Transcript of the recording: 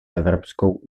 evropskou